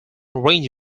range